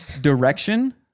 direction